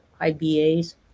ibas